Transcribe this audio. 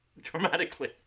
dramatically